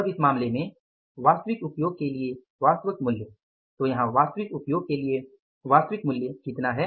तो इस मामले में वास्तविक उपयोग के लिए वास्तविक मूल्य तो यहां वास्तविक उपयोग के लिए वास्तविक मूल्य कितना है